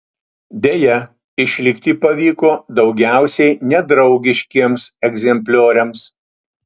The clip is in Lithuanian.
deja išlikti pavyko daugiausiai nedraugiškiems egzemplioriams